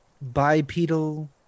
bipedal